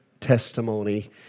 testimony